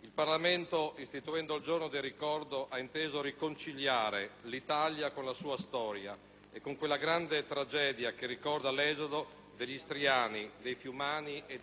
il Parlamento, istituendo il Giorno del ricordo, ha inteso riconciliare l'Italia con la sua storia e con quella grande tragedia che ricorda l'esodo degli istriani, dei fiumani e dei dalmati.